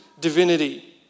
divinity